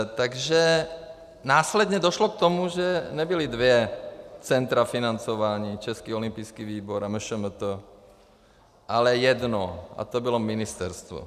Takže následně došlo k tomu, že nebyla dvě centra financování, Český olympijský výbor a MŠMT, ale jedno, a to bylo ministerstvo.